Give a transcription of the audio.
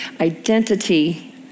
identity